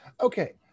Okay